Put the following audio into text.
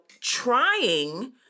trying